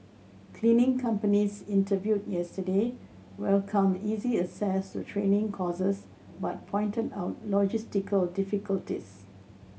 cleaning companies interviewed yesterday welcomed easy access to training courses but pointed out logistical difficulties